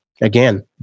again